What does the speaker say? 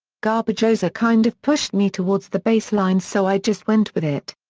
garbajosa kind of pushed me towards the baseline so i just went with it.